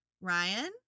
Ryan